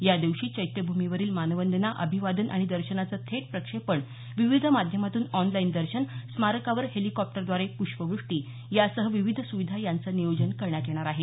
या दिवशी चैत्यभूमीवरील मानवंदना अभिवादन आणि दर्शनाचं थेट प्रक्षेपण विविध माध्यमातून ऑनलाईन दर्शन स्मारकावर हेलिकॉप्टरद्वारे पृष्पवृष्टी यांसह विविध सुविधा यांचं नियोजन करण्यात येणार आहे